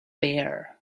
bare